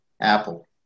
Apple